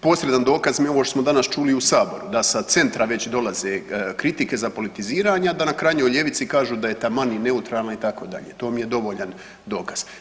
Posredan dokaz je ovo što smo mi danas čuli i u saboru da sa Centra već dolaze kritike za politiziranja, da na krajnjoj ljevici kažu da je taman i neutralna itd., to mi je dovoljan dokaz.